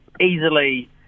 easily